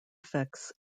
effects